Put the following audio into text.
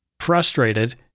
Frustrated